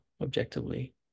objectively